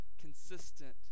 consistent